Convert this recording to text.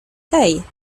hej